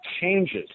changes